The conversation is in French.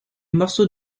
morceaux